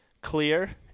clear